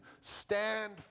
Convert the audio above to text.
stand